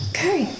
Okay